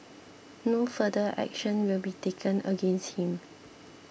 no further action will be taken against him